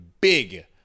big